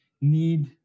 need